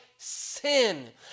sin